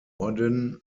orden